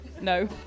No